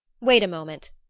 wait a moment,